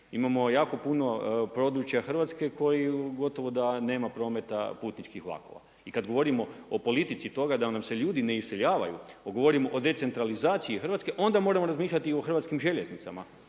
imamo jako puno područja Hrvatske koji gotovo da nema prometa putničkih vlakova. I kad govorimo o politici toga da nam se ljudi ne iseljavaju, kad govorimo o decentralizaciji Hrvatske onda moramo razmišljati i o hrvatskim željeznicama.